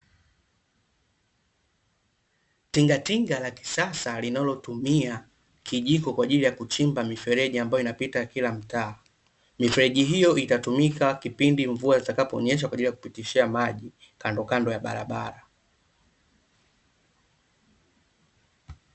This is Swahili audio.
Tingatinga la kisasa linalotumia kijiko kwaajili ya kuchimba mifereji ambayo inapita kila mtaa. Mifereji hiyo itatumika kipindi mvua zitakaponyesha kwajili ya kupitishia maji kando kando ya barabara.